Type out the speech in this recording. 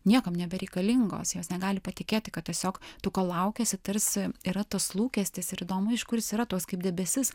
niekam nebereikalingos jos negali patikėti kad tiesiog tu ko laukiasi tarsi yra tas lūkestis ir įdomu iš kur jis yra tks kaip debesis